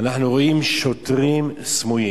אנחנו רואים שוטרים סמויים?